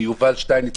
יובל שטייניץ,